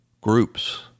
groups